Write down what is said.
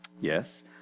Yes